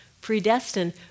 predestined